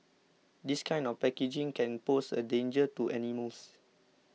this kind of packaging can pose a danger to animals